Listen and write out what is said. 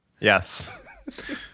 Yes